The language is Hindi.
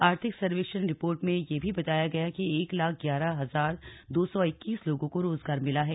आर्थिक सर्वेक्षण रिर्पोट में बताया गया है कि एक लाख ग्यारह हजार दो सौ इक्कीस लोगों को रोजगार मिला है